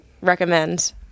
recommend